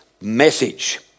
message